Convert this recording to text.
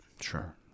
Sure